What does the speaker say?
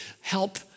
help